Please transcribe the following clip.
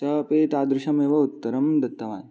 सः अपि तादृशमेव उत्तरं दत्तवान्